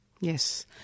Yes